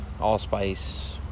allspice